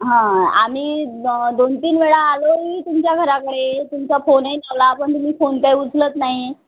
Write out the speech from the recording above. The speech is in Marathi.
हां आम्ही दोन तीन वेळा आलो मी तुमच्या घराकडे तुमचा फोनही लावला पण तुम्ही फोन काही उचलत नाही